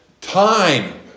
time